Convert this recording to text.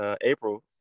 April